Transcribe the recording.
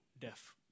death